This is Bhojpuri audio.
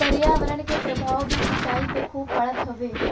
पर्यावरण के प्रभाव भी सिंचाई पे खूब पड़त हउवे